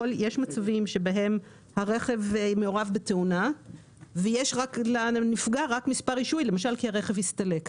יש מצבים בהם הרכב מעורב בתאונה ויש רק מספר רישוי כי למשל הרכב הסתלק.